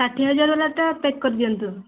ଷାଠିଏ ହଜାର ବାଲାଟା ପ୍ୟାକ୍ କରିଦିଅନ୍ତୁ